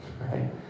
right